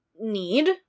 need